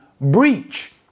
Breach